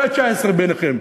כל ה-19 שלכם,